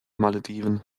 malediven